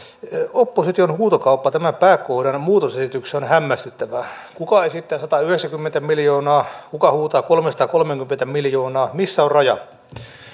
opposition huutokauppa tämän pääkohdan muutosesityksessä on hämmästyttävää kuka esittää satayhdeksänkymmentä miljoonaa kuka huutaa kolmesataakolmekymmentä miljoonaa missä on raja